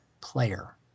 player